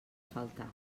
faltar